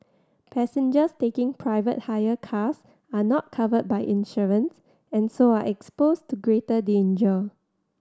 passengers taking private hire cars are not covered by insurance and so are exposed to greater danger